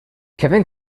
kevin